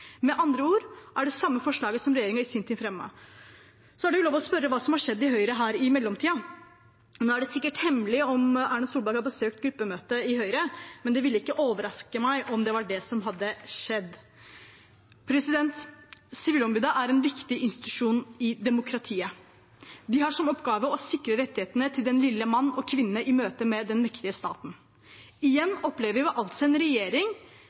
Med andre ord er det det samme forslaget som regjeringen i sin tid fremmet. Så er det lov å spørre hva som har skjedd i Høyre i mellomtiden. Nå er det sikkert hemmelig om Erna Solberg har besøkt gruppemøtet i Høyre, men det ville ikke overraske meg om det er det som har skjedd. Sivilombudet er en viktig institusjon i demokratiet. De har som oppgave å sikre rettighetene til den lille mann og kvinne i møte med den mektige staten. Igjen opplever vi altså